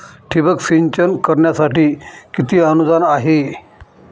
ठिबक सिंचन करण्यासाठी किती अनुदान आहे?